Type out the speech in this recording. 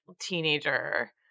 teenager